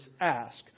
ask